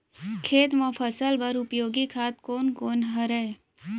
खेत म फसल बर उपयोगी खाद कोन कोन हरय?